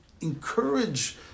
encourage